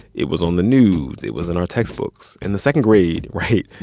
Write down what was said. it was on the news. it was in our textbooks. in the second grade right?